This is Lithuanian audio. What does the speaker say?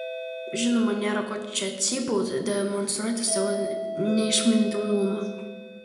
žinoma nėra ko čia cypauti demonstruoti savo neišmintingumą